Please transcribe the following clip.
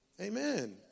Amen